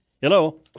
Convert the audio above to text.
Hello